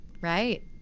Right